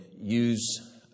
use